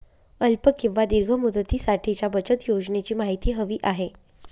अल्प किंवा दीर्घ मुदतीसाठीच्या बचत योजनेची माहिती हवी आहे